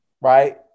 right